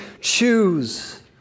choose